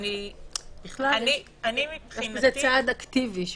יש בזה צעד אקטיבי,